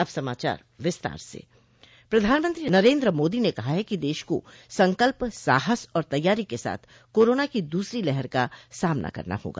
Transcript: अब समाचार विस्तार से प्रधानमंत्री नरेंद्र मोदी ने कहा है कि देश को संकल्प साहस और तैयारी के साथ कोरोना की दूसरी लहर का सामना करना होगा